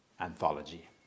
Anthology